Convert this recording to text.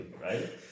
right